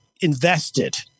invested